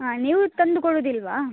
ಹಾಂ ನೀವು ತಂದು ಕೊಡುವುದಿಲ್ವ